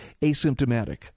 asymptomatic